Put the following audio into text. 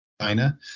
China